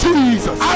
Jesus